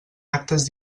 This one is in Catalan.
actes